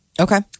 Okay